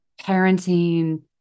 parenting